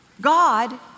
God